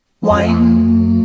wine